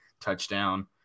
touchdown